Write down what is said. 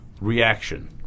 reaction